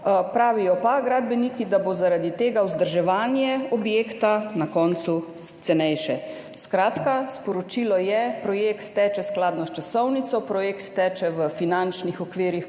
Gradbeniki pa pravijo, da bo zaradi tega vzdrževanje objekta na koncu cenejše. Skratka, sporočilo je, da projekt teče skladno s časovnico, projekt teče v finančnih okvirih,